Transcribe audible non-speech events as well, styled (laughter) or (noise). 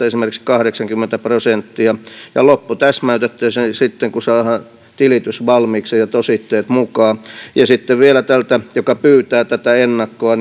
(unintelligible) esimerkiksi kahdeksankymmentä prosenttia ja loppu täsmäytettäisiin sitten kun saadaan tilitys valmiiksi ja ja tositteet mukaan ja sitten vielä tältä joka pyytää tätä ennakkoa (unintelligible)